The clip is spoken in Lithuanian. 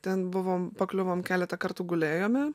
ten buvom pakliuvom keletą kartų gulėjome